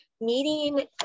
meeting